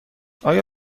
آیا